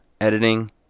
editing